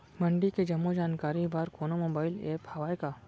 मंडी के जम्मो जानकारी बर कोनो मोबाइल ऐप्प हवय का?